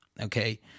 okay